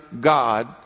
God